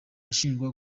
ashinjwa